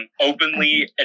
openly